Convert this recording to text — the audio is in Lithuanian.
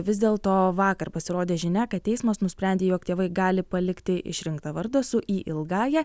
vis dėlto vakar pasirodė žinia kad teismas nusprendė jog tėvai gali palikti išrinktą vardą su y ilgąja